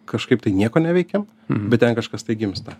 kažkaip tai nieko neveikiam bet ten kažkas tai gimsta